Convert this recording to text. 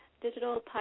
digital